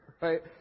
right